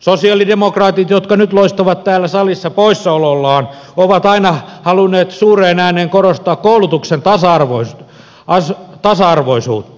sosialidemokraatit jotka nyt loistavat täällä salissa poissaolollaan ovat aina halunneet suureen ääneen korostaa koulutuksen tasa arvoisuutta